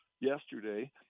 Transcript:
yesterday